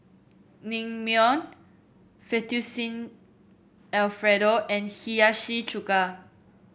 Naengmyeon Fettuccine Alfredo and Hiyashi Chuka